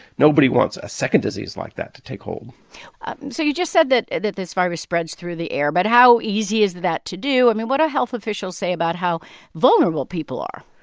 nobody wants a second disease like that to take hold so you just said that that this virus spreads through the air. but how easy is that to do? i mean, what are health officials saying about how vulnerable people are?